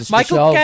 Michael